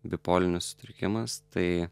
bipolinis sutrikimas tai